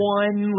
one